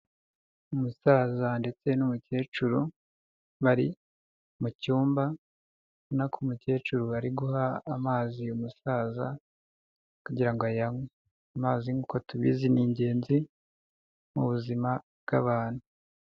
Umusaza ndetse n'umukecuru bari mu cyumba ubona ko umukecuru ari guha amazi uyu umusaza kugirango ayanywe, amazi nkuko tubizi ni ingenzi mu buzima bw'abantu.